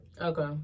Okay